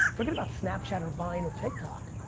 forget about snapchat or vine or tiktok,